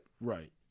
Right